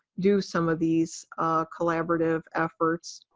do some of these collaborative efforts.